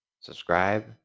subscribe